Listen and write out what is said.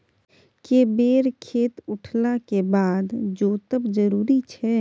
के बेर खेत उठला के बाद जोतब जरूरी छै?